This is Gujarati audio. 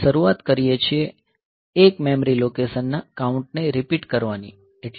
આપણે શરૂઆત કરીએ છીએ એક મેમરી લોકેશન ના કાઉન્ટ ને રીપીટ કરવાની એટલે કે DB 0